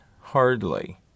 Hardly